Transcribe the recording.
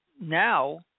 now